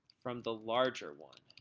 from the larger one.